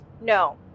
no